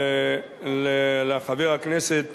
לחבר הכנסת